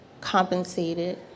compensated